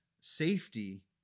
safety